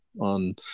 on